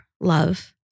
love